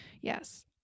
Yes